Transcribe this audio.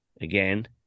again